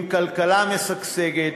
עם כלכלה משגשגת,